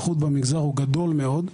בייחוד במגזר, הוא גדול מאוד.